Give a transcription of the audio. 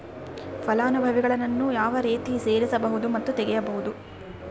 ಫಲಾನುಭವಿಗಳನ್ನು ಯಾವ ರೇತಿ ಸೇರಿಸಬಹುದು ಮತ್ತು ತೆಗೆಯಬಹುದು?